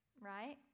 right